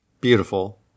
Beautiful